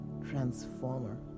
transformer